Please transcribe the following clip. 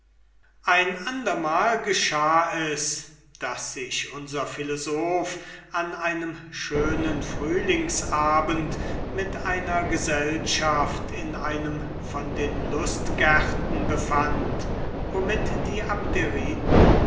ein andermal geschah es daß sich demokritus an einem schönen frühlingsabend mit einer gesellschaft in einem von den lustgärten befand womit die